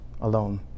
alone